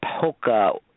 Polka